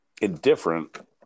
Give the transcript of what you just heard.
Indifferent